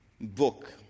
book